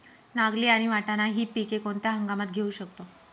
नागली आणि वाटाणा हि पिके कोणत्या हंगामात घेऊ शकतो?